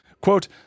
quote